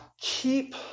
keep